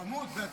חמוד, בטח.